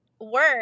work